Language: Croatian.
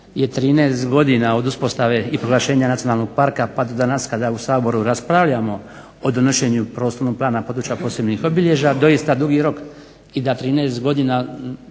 je 13 godina od uspostave i proglašenja nacionalnog parka danas kada u Saboru raspravljamo o donošenju Prostornog plana područja posebnih obilježja doista dugi rok i da 13 godina